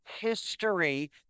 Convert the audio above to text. history